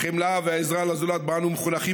החמלה והעזרה לזולת שבה אנו מחונכים